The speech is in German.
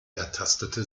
ertastete